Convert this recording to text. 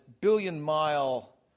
billion-mile